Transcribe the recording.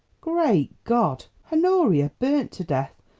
great god! honoria burnt to death.